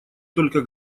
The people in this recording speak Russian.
только